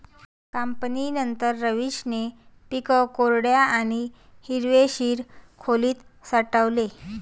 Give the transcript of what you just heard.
कापणीनंतर, रवीशने पीक कोरड्या आणि हवेशीर खोलीत साठवले